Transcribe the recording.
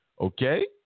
okay